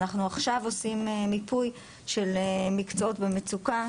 אנחנו עכשיו עושים מיפוי של מקצועות במצוקה,